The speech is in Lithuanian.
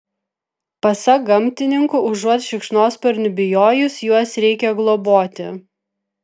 pasak gamtininkų užuot šikšnosparnių bijojus juos reikia globoti